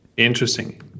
interesting